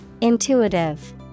Intuitive